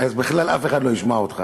אז בכלל, אף אחד לא ישמע אותך,